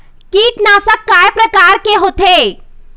कीटनाशक कय प्रकार के होथे?